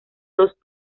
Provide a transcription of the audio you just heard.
dos